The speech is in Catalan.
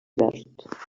verds